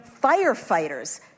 firefighters